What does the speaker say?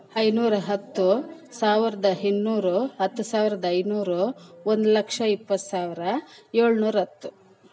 ಐನೂರ ಹತ್ತು ಸಾವಿರದ ಇನ್ನೂರು ಹತ್ತು ಸಾವಿರದ ಐನೂರು ಒಂದು ಲಕ್ಷ ಇಪ್ಪತ್ತು ಸಾವಿರ ಏಳ್ನೂರ ಹತ್ತು